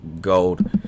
gold